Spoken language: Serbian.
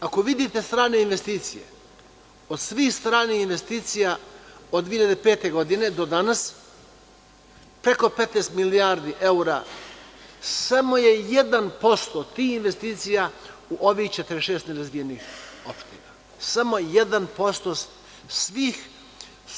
Ako vidite strane investicije, od svih stranih investicija od 2005. godine do danas, preko 15 milijardi evra, samo je 1% tih investicija u ovih 46 nerazvijenih opština.